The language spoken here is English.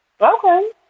Okay